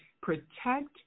protect